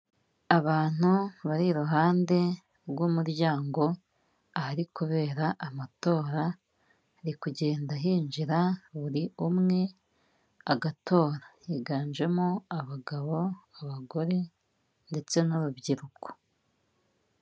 Abantu bari iruhande rw'umuryango ahari kubera amatora, hari kugenda hinjira buri umwe agatora. Higanjemo abagabo, abagore ndetse n'urubyiruko.